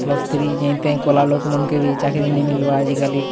plus three ଯାଇଁତେଇଁ କଲା ଲୋକମାନଙ୍କେ ବି ଚାକିରୀ ନାହିଁ ମିଲ୍ବା ଆଜିକାଲି